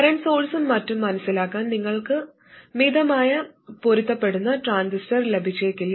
current source മറ്റും മനസിലാക്കാൻ നിങ്ങൾക്ക് മതിയായ പൊരുത്തപ്പെടുന്ന ട്രാൻസിസ്റ്റർ ലഭിച്ചേക്കില്ല